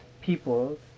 people